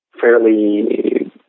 fairly